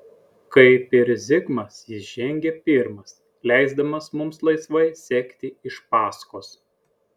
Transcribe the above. kaip ir zigmas jis žengė pirmas leisdamas mums laisvai sekti iš paskos